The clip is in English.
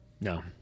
No